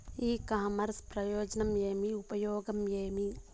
ఇ commerce ప్రయోజనం ఏమి? ఉపయోగం ఏమి?